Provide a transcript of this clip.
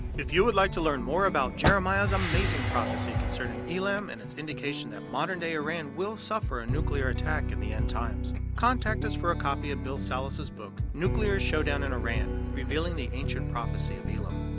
if you would like to learn more about jeremiah's amazing prophecy concerning elam and its indication that modern day iran will suffer a nuclear attack in the end times. contact us for a copy of bill salus' book, nuclear showdown in iran revealing the ancient prophecy of elam.